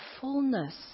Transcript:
fullness